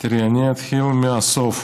תראי, אני אתחיל מהסוף.